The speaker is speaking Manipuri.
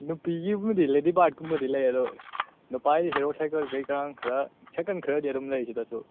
ꯅꯨꯄꯤꯒꯤꯕꯨꯗꯤ ꯂꯦꯗꯤ ꯕꯥꯔꯠꯀꯨꯝꯕꯗꯤ ꯂꯩ ꯑꯗꯣ ꯅꯨꯄꯥꯒꯤ ꯍꯦꯔꯣ ꯁꯥꯏꯀꯜ ꯀꯩꯀꯥꯡ ꯈꯔ ꯁꯥꯏꯀꯜ ꯈꯔꯗꯤ ꯑꯗꯨꯝ ꯂꯩ ꯁꯤꯗꯁꯨ